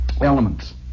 elements